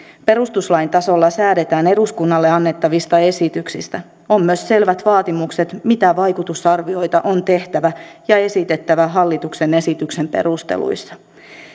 perustuslain tasolla säädetään eduskunnalle annettavista esityksistä on myös selvät vaatimukset mitä vaikutusarvioita on tehtävä ja esitettävä hallituksen esityksen perusteluissa